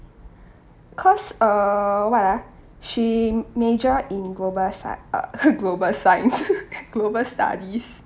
cause uh what ah she major in global sci~ uh global science global studies